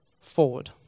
forward